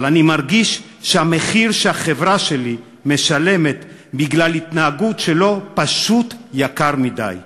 אבל אני מרגיש שהמחיר שהחברה שלי משלמת בגלל ההתנהגות שלו פשוט יקר מדי.